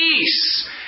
peace